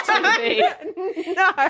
no